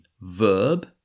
verb